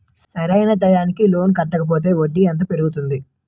సరి అయినా టైం కి లోన్ కట్టకపోతే వడ్డీ ఎంత పెరుగుతుంది?